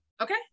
Okay